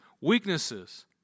Weaknesses